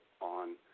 on